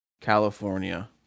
California